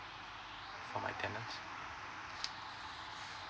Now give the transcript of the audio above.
for my tenant